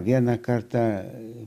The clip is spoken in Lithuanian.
vieną kartą